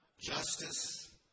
justice